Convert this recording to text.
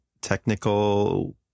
technical